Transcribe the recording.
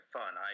fun